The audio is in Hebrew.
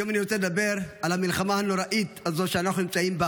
היום אני רוצה לדבר על המלחמה הנוראית הזאת שאנחנו נמצאים בה